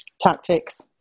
Tactics